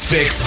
Fix